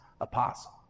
apostle